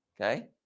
okay